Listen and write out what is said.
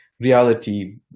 reality